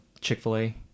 Chick-fil-A